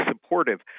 supportive